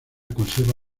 conserva